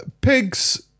Pigs